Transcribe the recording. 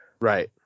right